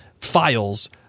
files